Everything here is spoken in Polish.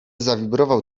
zawibrował